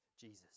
Jesus